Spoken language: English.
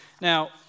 Now